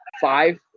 five